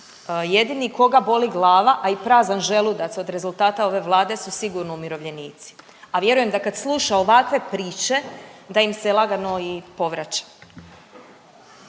Jedini koga boli glava, a i prazan želudac od rezultata ove Vlade su sigurno umirovljenici, a vjerujem da kad sluša ovakve priče, da im se lagano i povraća.